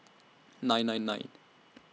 nine nine nine